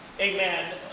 amen